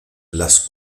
las